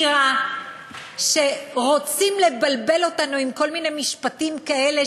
נראה שרוצים לבלבל אותנו עם כל מיני משפטים כאלה